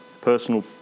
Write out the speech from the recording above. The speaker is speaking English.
personal